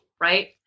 Right